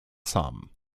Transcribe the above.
sam